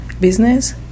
business